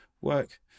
work